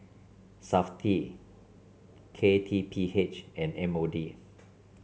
Safti K T P H and M O D